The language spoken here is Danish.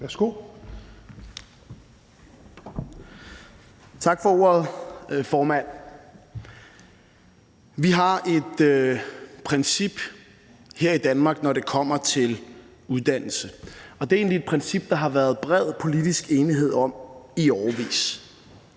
(V): Tak for ordet, formand. Vi har et princip her i Danmark, når det kommer til uddannelse, og det er egentlig et princip, der har været bred politisk enighed om i årevis.